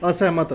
ਅਸਹਿਮਤ